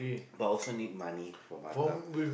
but also need money for Batam